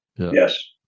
Yes